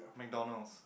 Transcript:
McDonald's